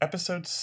Episode